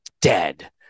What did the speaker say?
dead